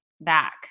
back